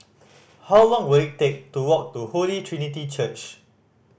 how long will it take to walk to Holy Trinity Church